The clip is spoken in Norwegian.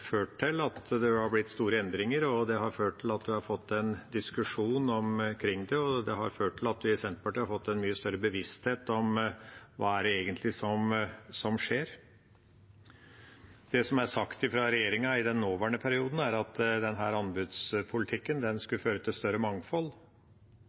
ført til at vi har fått en diskusjon omkring det, og det har ført til at vi i Senterpartiet har fått en mye større bevissthet om hva det egentlig er som skjer. Det som er sagt fra regjeringa i den nåværende perioden, er at denne anbudspolitikken